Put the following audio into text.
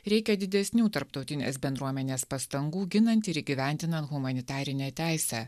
reikia didesnių tarptautinės bendruomenės pastangų ginant ir įgyvendinan humanitarinę teisę